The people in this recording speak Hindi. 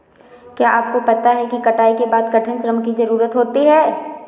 क्या आपको पता है कटाई के बाद कठिन श्रम की ज़रूरत होती है?